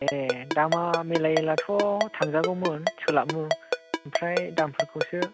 ए दामआ मिलायोब्लाथ' थांजागौमोन सोलाबो ओमफ्राय दामफोरखौसो